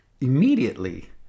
immediately